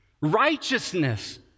righteousness